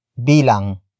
bilang